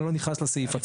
אני לא נכנס לסעיף עצמו.